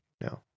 No